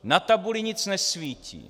Na tabuli nic nesvítí.